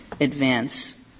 advance